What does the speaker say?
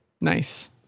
Nice